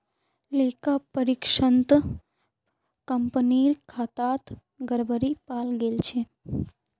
लेखा परीक्षणत कंपनीर खातात गड़बड़ी पाल गेल छ